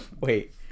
Wait